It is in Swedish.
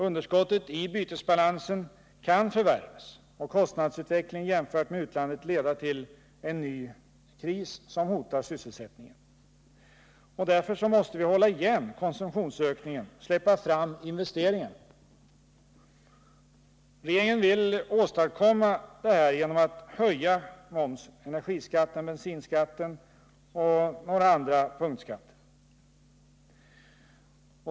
Underskottet i bytesbalansen kan förvärras och kostnadsutvecklingen jämfört med utlandet leda till en ny kris, som hotar sysselsättningen. Därför måste vi hålla igen konsumtionsökningen och släppa fram investeringarna. Regeringen vill åstadkomma detta genom att höja momsen samt energiskatten, bensinskatten och några andra punktskatter.